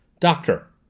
doctor!